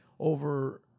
over